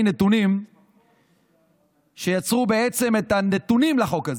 נתונים שיצרו בעצם את הנתונים לחוק הזה.